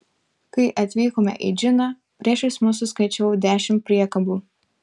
kai atvykome į džiną priešais mus suskaičiavau dešimt priekabų